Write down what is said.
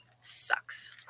sucks